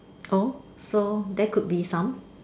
oh so that could be some